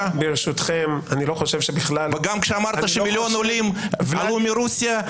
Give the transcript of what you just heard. אני לא חושב שבכלל --- גם כשאמרת שמיליון עולים עלו מרוסיה,